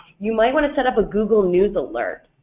you might want to set up a google news alert.